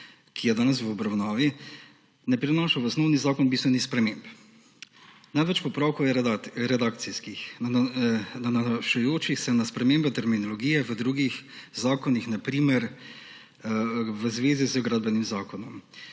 ki je danes v obravnavi, ne prinaša v osnovni zakon bistvenih sprememb. Največ popravkov je redakcijskih, nanašajočih se na spremembe terminologije v drugih zakonih, na primer v zvezi z Gradbenim zakonom,